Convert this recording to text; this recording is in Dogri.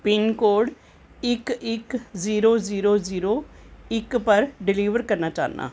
पिनकोड इक इक जीरो जीरो जीरो इक पर डिलीवर करना चाह्न्नां